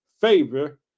favor